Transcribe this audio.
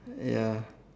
ya